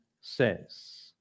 says